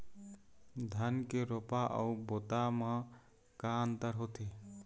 धन के रोपा अऊ बोता म का अंतर होथे?